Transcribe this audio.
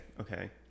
Okay